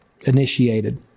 Initiated